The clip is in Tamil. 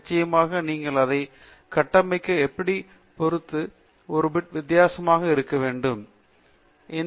நிச்சயமாக நீங்கள் அதை கட்டமைக்க எப்படி பொறுத்து ஒரு பிட் வித்தியாசமாக இருக்க முடியும்